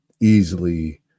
easily